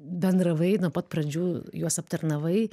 bendravai nuo pat pradžių juos aptarnavai